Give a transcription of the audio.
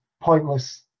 pointless